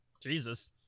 Jesus